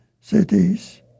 cities